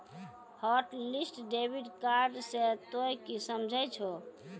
hotlist debit card से तोंय की समझे छौं